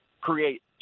create